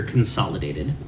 Consolidated